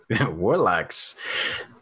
warlocks